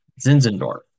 Zinzendorf